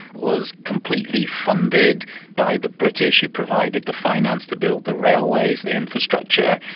was completely funded by the british, who provided the finance to build the railways, the infrastructure,